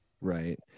Right